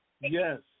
Yes